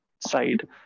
side